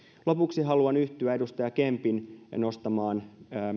lopuksi halua yhtyä edustaja kempin nostamaan